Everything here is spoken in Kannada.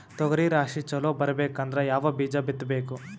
ತೊಗರಿ ರಾಶಿ ಚಲೋ ಬರಬೇಕಂದ್ರ ಯಾವ ಬೀಜ ಬಿತ್ತಬೇಕು?